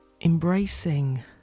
embracing